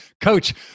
coach